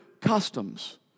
customs